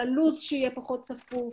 על לוח הזמנים שיהיה פחות צפוף,